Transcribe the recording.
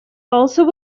also